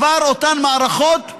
כבר אותן מערכות,